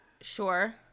Sure